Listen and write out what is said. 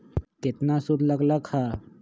केतना सूद लग लक ह?